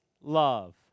love